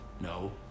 No